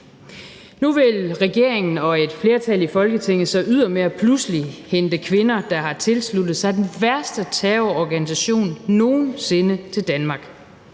Nu vil regeringen og et flertal i Folketinget så ydermere pludselig hente kvinder, der har tilsluttet sig den værste terrororganisation nogen sinde, til Danmark.